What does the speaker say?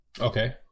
Okay